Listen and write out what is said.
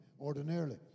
ordinarily